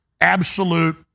absolute